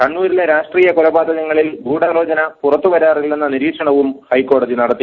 കണ്ണൂരിലെ രാഷ്ട്രീയ കൊലപാതകങ്ങളിൽ ഗൂഢാലോചന പുറത്തുവരാറില്ലെന്ന നിരീക്ഷണവും ഹൈക്കോടതി നടത്തി